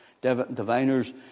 diviners